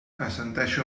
assenteixo